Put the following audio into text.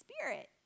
Spirit